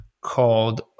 called